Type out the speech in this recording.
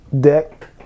deck